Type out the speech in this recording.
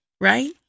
right